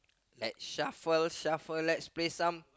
at shuffle shuffle let's play some